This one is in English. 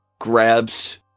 grabs